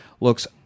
looks